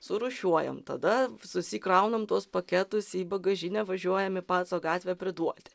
surūšiuojam tada susikraunam tuos paketus į bagažinę važiuojam į paco gatvę priduoti